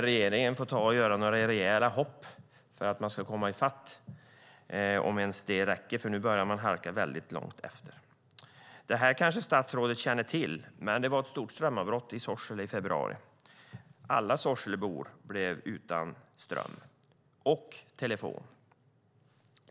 Regeringen får göra några rejäla hopp för att komma i fatt, om ens det räcker, för nu börjar man halka väldigt långt efter. Statsrådet kanske känner till att det var ett stort strömavbrott i Sorsele i februari? Alla Sorselebor blev utan ström och telefon.